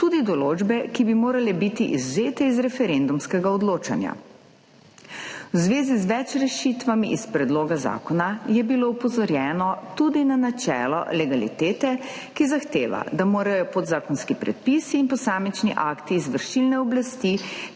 tudi določbe, ki bi morale biti izvzete iz referendumskega odločanja. V zvezi z več rešitvami iz predloga zakona je bilo opozorjeno tudi na načelo legalitete, ki zahteva, **10. TRAK (VI) 10.45** (nadaljevanje) da morajo podzakonski predpisi in posamični akti izvršilne oblasti